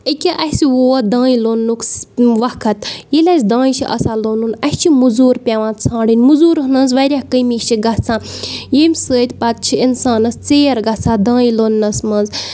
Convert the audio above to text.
ایٚکیٛاہ اَسہِ ووت دانہِ لوننُک وقت ییٚلہِ اَسہِ دانہِ چھِ آسان لونُن اَسہِ چھِ مٔزوٗر پٮ۪وان ژھانڈٕنۍ مٕزوٗرَن ہٕنٛز واریاہ کٔمی چھِ گژھان ییٚمہِ سۭتۍ پَتہٕ چھِ اِنسانَس ژیر گژھان دانہِ لوننَس منٛز